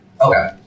Okay